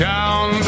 Down